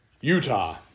Utah